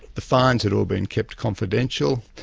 the fines had all been kept confidential,